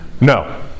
No